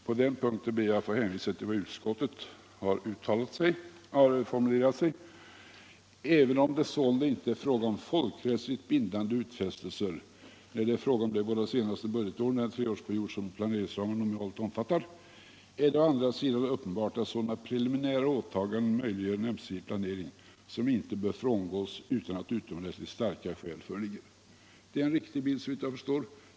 På den punkten ber jag att få hänvisa till vad utskottet har uttalat: ”Aven om det sålunda inte rör sig om folkrättsligt bindande utfästelser, när det är fråga om de båda senare budgetåren i den treårsperiod som planeringsramarna normalt omfattar, är det å andra sidan uppenbart att sådana preliminära åtaganden möjliggör en ömsesidig planering som inte bör frångås utan att utomordentligt starka skäl föreligger.” Det är en riktig bild, såvitt jag förstår.